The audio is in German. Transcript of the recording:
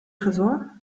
tresor